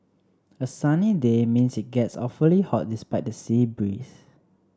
a sunny day means it gets awfully hot despite the sea breeze